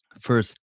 first